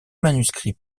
manuscrits